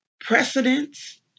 precedence